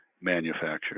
manufactured